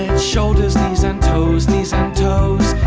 shoulders, knees and toes. knees and toes.